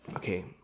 Okay